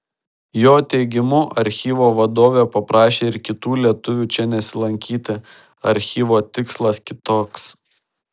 jo teigimu archyvo vadovė paprašė ir kitų lietuvių čia nesilankyti archyvo tikslas kitoks